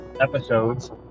episodes